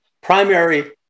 primary